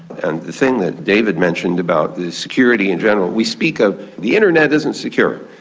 and the thing that david mentioned about the security in general, we speak of, the internet isn't secure.